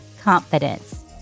confidence